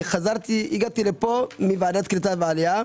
הגעתי לפה מוועדת קליטה ועלייה,